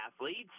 athletes